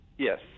Yes